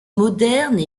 moderne